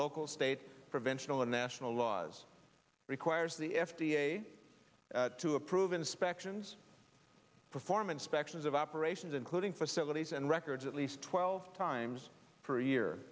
local state prevention of the national laws requires the f d a to approve inspections perform inspections of operations including facilities and records at least twelve times per year